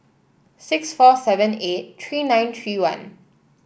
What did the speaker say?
six four seven eight three nine three one